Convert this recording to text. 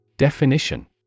Definition